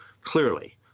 clearly